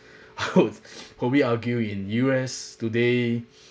hope we argue in U_S today